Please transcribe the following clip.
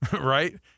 right